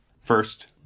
First